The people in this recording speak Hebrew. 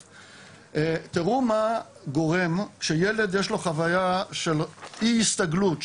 תראו מה גורם כשילד יש לו חוויה של אי הסתגלות,